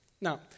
Now